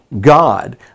God